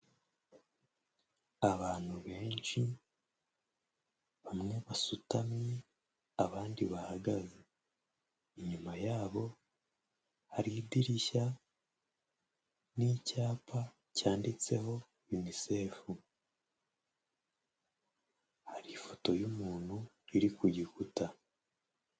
Abantu benshi, bamwe basutamye, abandi bahagaze, inyuma yabo hari idirishya n'icyapa cyanditseho UNICEF, hari ifoto y'umuntu iri ku gikuta.